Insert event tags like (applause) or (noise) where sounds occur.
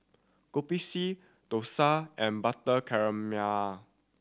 Kopi C dosa and butter (unintelligible)